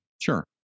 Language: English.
Sure